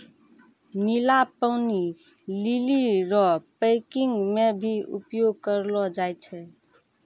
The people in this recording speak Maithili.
नीला पानी लीली रो पैकिंग मे भी उपयोग करलो जाय छै